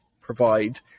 provide